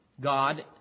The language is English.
God